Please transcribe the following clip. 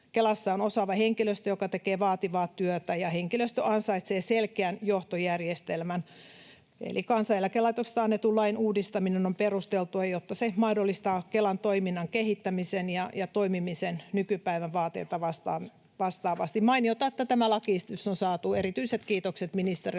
Kelassa on osaava henkilöstö, joka tekee vaativaa työtä, ja henkilöstö ansaitsee selkeän johtojärjestelmän. Eli Kansaneläkelaitoksesta annetun lain uudistaminen on perusteltua, jotta se mahdollistaa Kelan toiminnan kehittämisen ja toimimisen nykypäivän vaateita vastaavasti. Mainiota, että tämä lakiesitys on saatu. Erityiset kiitokset ministerille